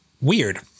weird